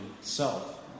self